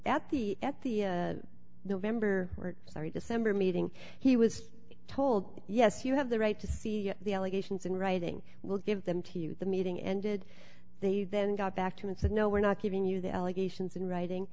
writing at the at the november court sorry december meeting he was told yes you have the right to see the allegations in writing will give them to you the meeting ended they then got back to him and said no we're not giving you the allegations in writing